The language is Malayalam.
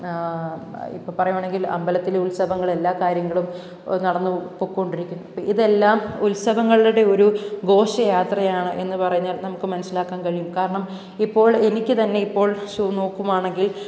ഇപ്പം പറയുകയാണെങ്കില് അമ്പലത്തിലെ ഉത്സവങ്ങളെല്ല കാര്യങ്ങളും നടന്നു പോയിക്കൊണ്ടിരിക്കുന്നു അപ്പം ഇതെല്ലാം ഉത്സവങ്ങളുടെ ഒരു ഘോഷയാത്രയാണ് എന്ന് പറഞ്ഞാല് നമുക്ക് മനസ്സിലാക്കാൻ കഴിയും കാരണം ഇപ്പോള് എനിക്ക് തന്നെ ഇപ്പോള് ശൂ നോക്കുവാണെങ്കില്